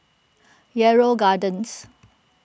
Yarrow Gardens